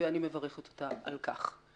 ואני מברכת אותה על כך.